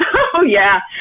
ah oh, yeah.